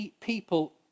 people